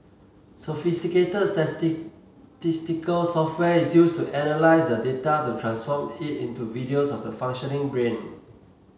sophisticated software is used to analyse the data to transform it into videos of the functioning brain